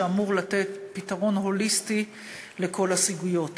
שאמור לתת פתרון הוליסטי לכל הסוגיות האלה.